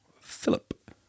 Philip